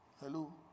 Hello